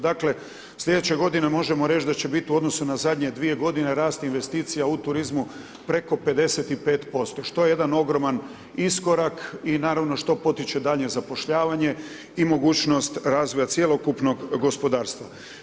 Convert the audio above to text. Dakle, sljedeće godine možemo reći da će biti u odnosu na zadnje dvije godine rast investicija u turizmu preko 55% što je jedan ogroman iskorak i naravno što potiče daljnje zapošljavanje i mogućnost razvoja cjelokupnog gospodarstva.